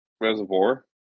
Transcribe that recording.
reservoir